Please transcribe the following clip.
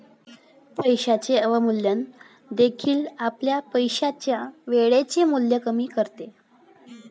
पैशाचे अवमूल्यन देखील आपल्या पैशाचे वेळेचे मूल्य कमी करते